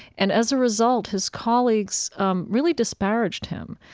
and as a result, his colleagues um really disparaged him,